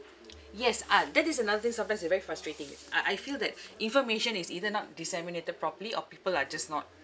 yes ah that is another thing sometimes it's very frustrating I I feel that information is either not disseminated properly or people are just not